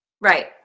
Right